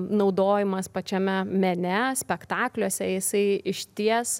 naudojimas pačiame mene spektakliuose jisai išties